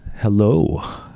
Hello